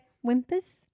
whimpers